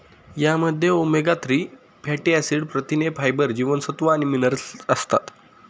यामध्ये omega three fatty acid, प्रथिने, fibre, जीवनसत्व आणि मिनरल्स असतात